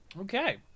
Okay